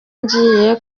ngiye